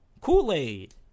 Kool-Aid